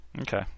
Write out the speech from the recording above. Okay